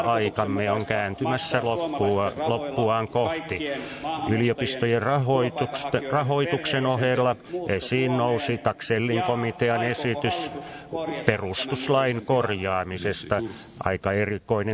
onko järkevää ja tarkoituksenmukaista maksaa suomalaisten rahoilla kaikkien maahanmuuttajien turvapaikanhakijoiden perheenjäsenten muutto suomeen ja aikooko hallitus korjata tämän nykyisen tilanteen